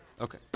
okay